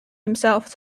himself